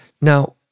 Now